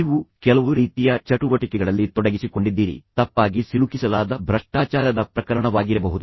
ನೀವು ಕೆಲವು ರೀತಿಯ ಚಟುವಟಿಕೆಗಳಲ್ಲಿ ತೊಡಗಿಸಿಕೊಂಡಿದ್ದೀರಿ ತಪ್ಪಾಗಿ ಸಿಲುಕಿಸಲಾದ ಭ್ರಷ್ಟಾಚಾರದ ಪ್ರಕರಣವಾಗಿರಬಹುದು